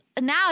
now